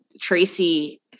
Tracy